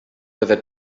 byddai